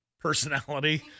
personality